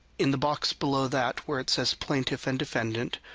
in the box below that, where it says plaintiff and defendant,